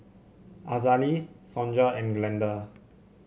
Azalee Sonja and Glenda